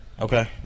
Okay